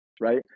right